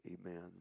Amen